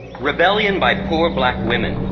rebellion by poor black women,